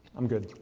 i'm good.